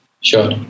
Sure